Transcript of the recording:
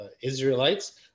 Israelites